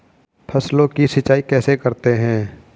फसलों की सिंचाई कैसे करते हैं?